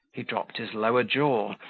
he dropped his lower jaw,